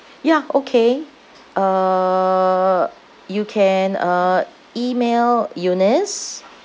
ya okay uh you can uh email eunice